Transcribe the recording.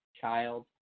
child